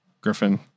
Griffin